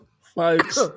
Folks